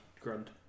grunt